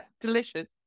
Delicious